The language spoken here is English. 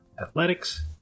athletics